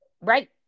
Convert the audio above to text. right